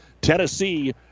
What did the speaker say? Tennessee